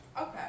Okay